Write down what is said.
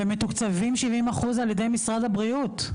ומתוקצבים שבעים אחוז על ידי משרד הבריאות.